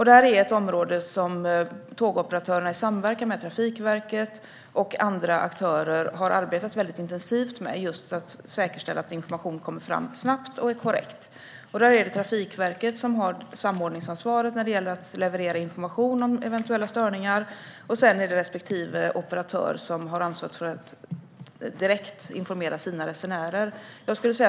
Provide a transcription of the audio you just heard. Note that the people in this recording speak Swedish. Detta är ett område där tågoperatörerna i samverkan med Trafikverket och andra aktörer har arbetat väldigt intensivt med att säkerställa att information kommer fram snabbt och att den är korrekt. Det är Trafikverket som har samordningsansvaret när det gäller att leverera information om eventuella störningar. Respektive operatör har sedan ansvar för att direkt informera sina resenärer.